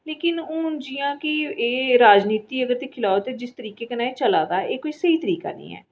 लेकिन हुन जि'यां कि एह् राजनिति अगर दिक्खी लैओ ते जिस तरीके कन्नै एह् चला दा ऐ एह् कोई स्हीई तरीका नीं ऐ